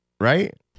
Right